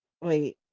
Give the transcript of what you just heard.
wait